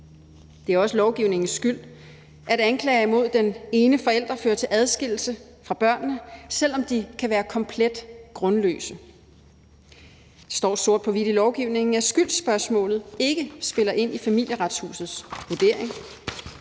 Det er også lovgivningens skyld, at anklager imod den ene forælder fører til adskillelse fra børnene, selv om de kan være komplet grundløse. Det står sort på hvidt i lovgivningen, at skyldsspørgsmålet ikke spiller ind i Familieretshusets vurdering.